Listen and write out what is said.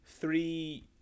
Three